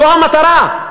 זו המטרה.